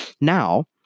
Now